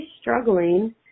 struggling